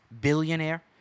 billionaire